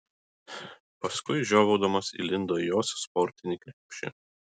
paskui žiovaudamas įlindo į jos sportinį krepšį